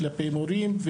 כלפי מורים,